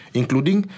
including